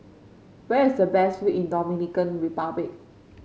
where is the best view in Dominican Republic